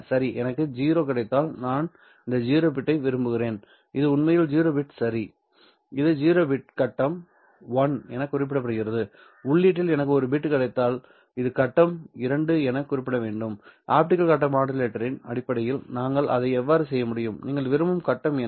சரி எனக்கு 0 கிடைத்தால் நான் இந்த 0 பிட்டை விரும்புகிறேன் இது உண்மையில் 0 பிட் சரி இந்த 0 பிட் கட்டம் 1 என குறிப்பிடப்படுகிறது உள்ளீட்டில் எனக்கு ஒரு பிட் 1 கிடைத்தால் இது கட்டம் 2 என குறிப்பிடப்பட வேண்டும் ஆப்டிகல் கட்ட மாடுலேட்டரின் அடிப்படையில் நான் அதை எவ்வாறு செய்ய முடியும் நீங்கள் விரும்பும் கட்டம் என்ன